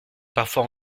parfois